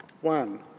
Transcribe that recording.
One